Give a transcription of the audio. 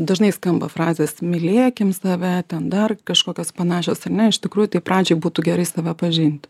dažnai skamba frazės mylėkim save ten dar kažkokios panašios ar ne iš tikrųjų tai pradžioj būtų gerai save pažinti